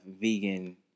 vegan